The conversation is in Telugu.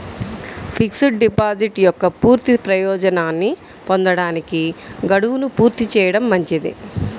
ఫిక్స్డ్ డిపాజిట్ యొక్క పూర్తి ప్రయోజనాన్ని పొందడానికి, గడువును పూర్తి చేయడం మంచిది